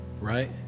right